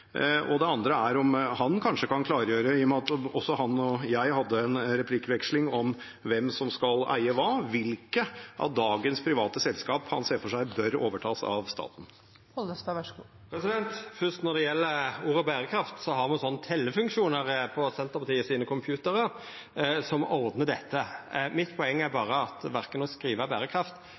Det andre er om han kanskje kan klargjøre – i og med at han og jeg også hadde en replikkveksling om hvem som skal eie hva – hvilke av dagens private selskap han ser for seg bør overtas av staten. Når det gjeld ordet «berekraft», har me ein tellefunksjon på Senterpartiet sine computerar som ordnar dette. Mitt poeng er berre at verken